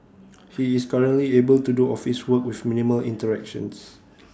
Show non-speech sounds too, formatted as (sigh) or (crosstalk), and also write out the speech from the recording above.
(noise) he is currently able to do office work with minimal interactions